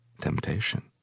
temptation